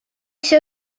się